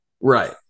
Right